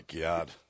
God